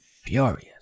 furious